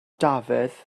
dafydd